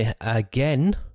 again